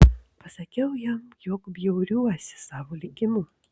pasakiau jam jog bjauriuosi savo likimu